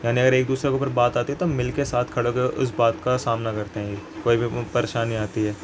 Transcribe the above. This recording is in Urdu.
یعنی اگر ایک دوسرے کے اوپر بات آتی ہے تو ہم مل کے ساتھ کھڑے ہو کے اس بات کا سامنا کرتے ہیں کوئی بھی پریشانی آتی ہے